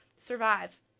survive